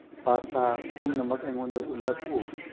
pasta ꯄꯨꯝꯅꯃꯛ ꯑꯩꯉꯣꯟꯗ ꯎꯠꯂꯛꯎ